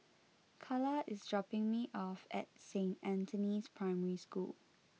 Calla is dropping me off at Saint Anthony's Primary School